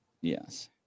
yes